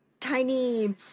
tiny